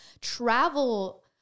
travel